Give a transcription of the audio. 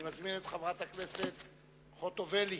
אני מזמין את חברת הכנסת ציפי חוטובלי.